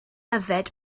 yfed